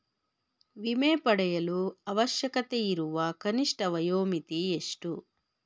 ವಿಮೆ ಪಡೆಯಲು ಅವಶ್ಯಕತೆಯಿರುವ ಕನಿಷ್ಠ ವಯೋಮಿತಿ ಎಷ್ಟು?